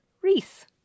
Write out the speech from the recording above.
Reese